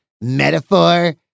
metaphor